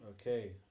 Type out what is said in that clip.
Okay